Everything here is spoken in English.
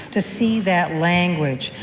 to see that language,